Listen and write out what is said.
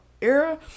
era